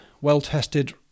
well-tested